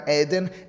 Eden